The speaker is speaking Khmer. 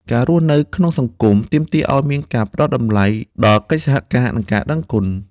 ការរស់នៅក្នុងសង្គម ទាមទារឱ្យមានការផ្ដល់តម្លៃដល់កិច្ចសហការ និងការដឹងគុណ។